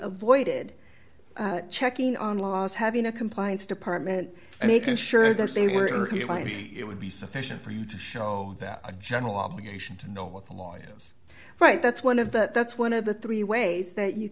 avoided checking on laws having a compliance department and making sure that they were it would be sufficient for you to show that a general obligation was right that's one of the that's one of the three ways that you